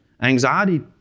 Anxiety